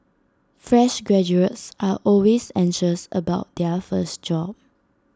fresh graduates are always anxious about their first job